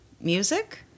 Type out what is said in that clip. Music